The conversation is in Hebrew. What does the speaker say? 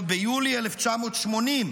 עוד ביולי 1980,